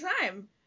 time